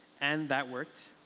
and that worked,